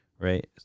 right